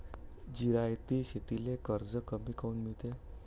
जिरायती शेतीले कर्ज कमी काऊन मिळते?